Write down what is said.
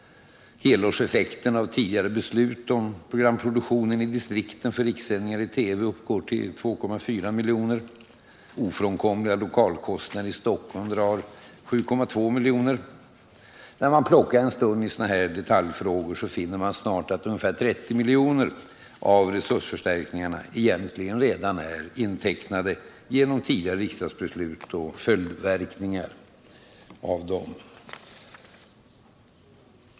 Helårseffekten av tidigare beslut om programproduktionen i distrikten för rikssändningar i TV uppgår till 2,4 milj.kr. Ofrånkomliga lokalutgifter i Stockholm drar en kostnad av 7,2 miljoner. När man plockar en stund i sådana här detaljfrågor finner man snart, att ungefär 30 milj.kr. av resursförstärkningarna egentligen redan är intecknade genom tidigare riksdagsbeslut och följdverkningar av dem.